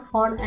on